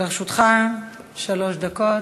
לרשותך שלוש דקות.